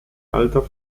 alter